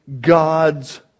God's